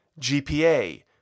GPA